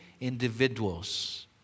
individuals